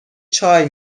چای